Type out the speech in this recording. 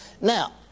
Now